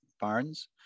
barns